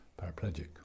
paraplegic